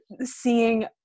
seeing